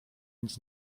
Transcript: nic